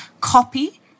copy